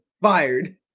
fired